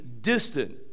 distant